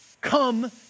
come